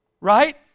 right